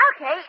Okay